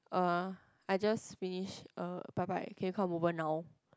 uh I just finish uh bye bye can you come over now